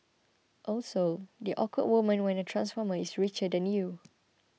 also that awkward moment when a transformer is richer than you